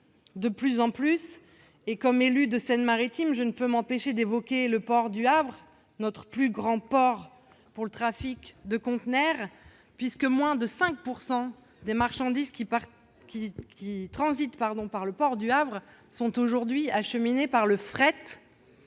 de plus en plus. En tant qu'élue de la Seine-Maritime, je ne peux m'empêcher d'évoquer le port du Havre, le plus important en France pour le trafic de containers. Sachez que moins de 5 % des marchandises qui transitent par le port du Havre sont aujourd'hui acheminées par le rail.